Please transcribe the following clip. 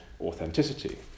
authenticity